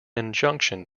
injunction